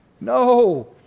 No